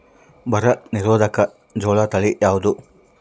ಬರ ನಿರೋಧಕ ಜೋಳ ತಳಿ ಯಾವುದು?